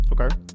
Okay